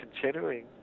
continuing